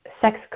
sex